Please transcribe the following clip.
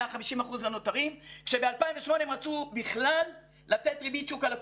ה-50% הנותרים כשב-2008 הם רצו בכלל לתת ריבית שוק על הכול.